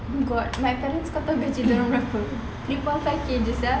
oh my god my parents kau tahu gaji dorang berapa three point five K jer sia